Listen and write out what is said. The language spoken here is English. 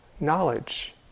Knowledge